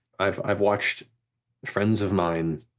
i've i've watched friends of mine